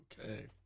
Okay